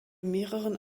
mehreren